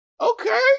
Okay